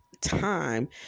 time